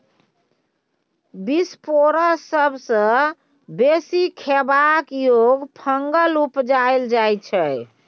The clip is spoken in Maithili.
बिसपोरस सबसँ बेसी खेबाक योग्य फंगस उपजाएल जाइ छै